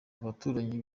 abaturanyi